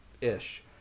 ish